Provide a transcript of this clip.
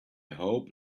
hope